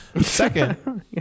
Second